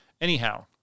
anyhow